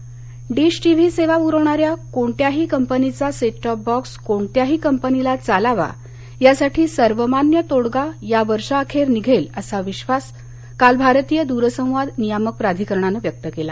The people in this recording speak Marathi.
सेटटॉप डिश टिव्ही सेवा पुरवणार्या कोणत्याही कंपनीचा सेटटॉप बॉक्स कोणत्याही कंपनीला चालावा यासाठी सर्वमान्य तोडगा या वर्षाअखेर निघेल असा विधास काल भारतीय दूरसंवाद नियामक प्राधीकरणानं व्यक्त केला